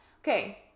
okay